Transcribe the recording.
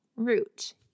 root